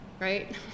right